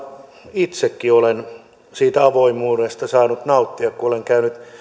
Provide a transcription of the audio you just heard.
itsekin olen siitä avoimuudesta saanut nauttia kun olen käynyt